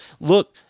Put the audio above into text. look